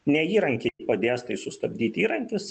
ne įrankiai padės tai sustabdyti įrankis